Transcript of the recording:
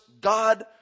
God